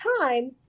time